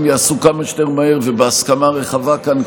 ייעשו כמה שיותר מהר ובהסכמה רחבה כאן,